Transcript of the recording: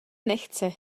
nechce